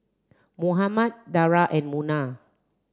Muhammad Dara and Munah